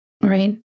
Right